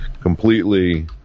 completely